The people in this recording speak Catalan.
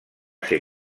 ser